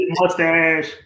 Mustache